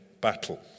battle